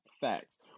Facts